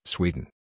Sweden